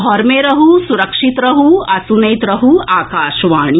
घर मे रहू सुरक्षित रहू आ सुनैत रहू आकाशवाणी